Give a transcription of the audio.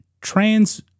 trans